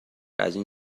ازاین